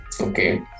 Okay